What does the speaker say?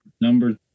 Number